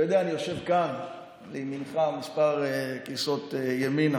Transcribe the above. אתה יודע, אני יושב כאן לימינך, כמה כיסאות ימינה.